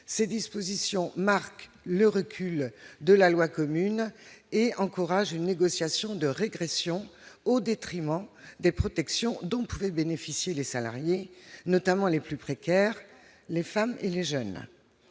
ces dispositions Marc le recul de la loi commune et encourage négociation de régression au détriment des protections dont pouvaient bénéficier les salariés, notamment les plus précaires, les femmes et les jeunes